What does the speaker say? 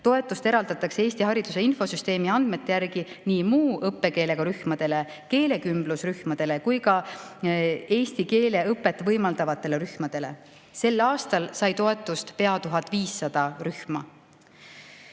Toetust eraldatakse Eesti hariduse infosüsteemi andmete järgi nii muu õppekeelega rühmadele, keelekümblusrühmadele kui ka eesti keele õpet võimaldavatele rühmadele. Sel aastal sai toetust pea 1500 rühma.